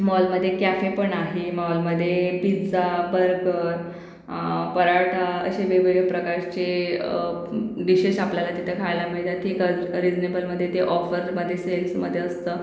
मॉलमधे cafe पण आहे मॉलमधे पिज्जा बर्गर पराठा असे वेगवेगळ्या प्रकारचे डिशेश आपल्याला तिथं खायला मिळतात तिकं रिजनेबलमधे ऑफरमधे सेल्समधे असतं